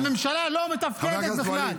הממשלה לא מתפקדת בכלל.